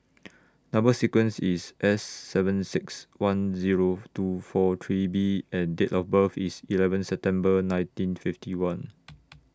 Number sequence IS S seven six one Zero two four three B and Date of birth IS eleven September nineteen fifty one